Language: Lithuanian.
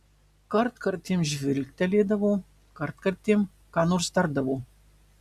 kartkartėm žvilgtelėdavo kartkartėm ką nors tardavo